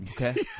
Okay